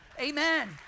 Amen